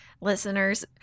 listeners